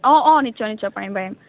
অঁ অঁ নিশ্চয় নিশ্চয় পাৰিম পাৰিম